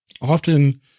Often